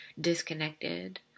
disconnected